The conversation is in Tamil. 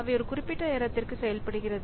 அவை ஒரு குறிப்பிட்ட நேரத்திற்கு செயல்படுகிறது